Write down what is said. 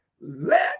let